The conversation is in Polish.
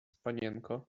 panienko